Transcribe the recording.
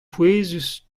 pouezus